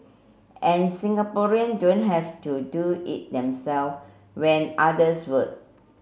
and Singaporean don't have to do it themselves when others would